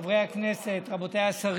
התקופה עומדת על שנה וחצי,